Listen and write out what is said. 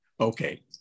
Okay